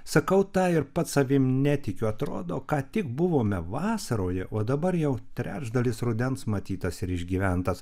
sakau tą ir pats savim netikiu atrodo ką tik buvome vasaroje o dabar jau trečdalis rudens matytas ir išgyventas